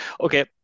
okay